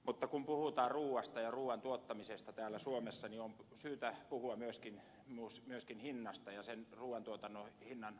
mutta kun puhutaan ruuasta ja ruuan tuottamisesta täällä suomessa on syytä puhua myöskin hinnasta ja ruuantuotannon hinnan muodostumisesta